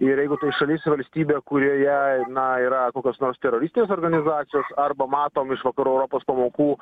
ir jeigu tai šalis valstybė kurioje na yra kokios nors teroristinės organizacijos arba matom iš vakarų europos pamokų